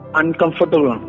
uncomfortable